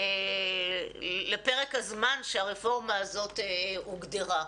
לפרק הזמן שהרפורמה הזאת הוגדרה.